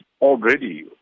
already